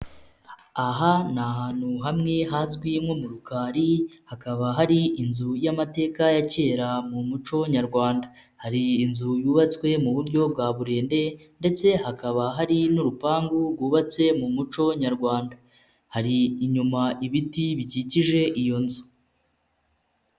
Aha ni ahantu hamwe hazwi nko mu Rukari, hakaba hari inzu y'amateka ya kera mu muco nyarwanda, hari inzu yubatswe mu buryo bwa burende ndetse hakaba hari n'urupangu rwubatse mu muco nyarwanda, hari inyuma ibiti bikikije iyo nzu.